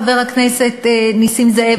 חבר הכנסת נסים זאב,